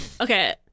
okay